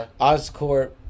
Oscorp